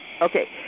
okay